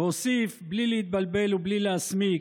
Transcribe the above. והוסיף, בלי להתבלבל ובלי להסמיק,